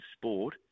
sport